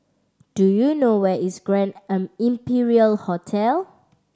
do you know where is Grand an Imperial Hotel